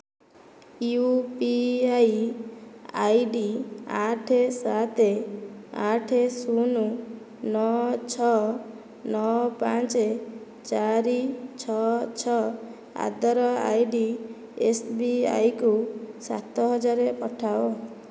UPI ID ଆଠ ସାତ ଆଠ ଶୂନ ନଅ ଛଅ ନଅ ପାଞ୍ଚ ଚାରି ଛଅ ଛଅ ଆଟ୍ ଦ ଆଇଡି ଏସ୍ବିଆଇକୁ ସାତହଜାର ପଠାଅ